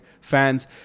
fans